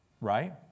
Right